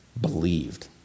believed